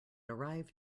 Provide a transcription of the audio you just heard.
arrived